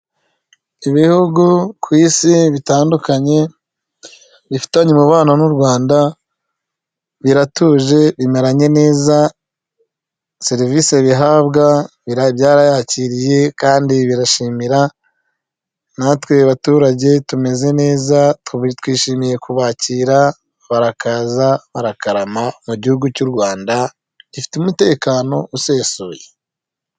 Ibihugu ku isi bitandukanye bifitanye umubano n'u Rwanda biratuje bimeranye neza ,serivisi bihabwa byarayakiriye kandi birashimira natwe abaturage tumeze neza twishimiye kubakira barakaza barakarama mu gihugu cy'u Rwanda gifite umutekano usesuye .